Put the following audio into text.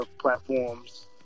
platforms